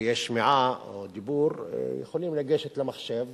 ליקויי שמיעה או דיבור יכולים לגשת למחשב